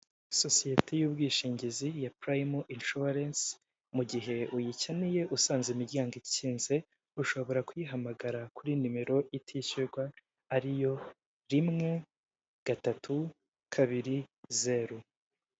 Sosiyete y'ubwishingizi ya purayime inshuwarensi mu gihe uyikeneye usanze imiryango ikinze ushobora kuyihamagara kuri nimero itishyurwa ariyo rimwe gatatu kabiri zeru.